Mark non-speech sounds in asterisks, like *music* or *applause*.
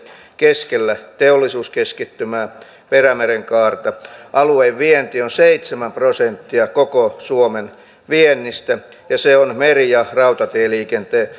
keskellä teollisuuskeskittymää perämerenkaarta alueen vienti on seitsemän prosenttia koko suomen viennistä ja se on meri ja rautatieliikenteen *unintelligible*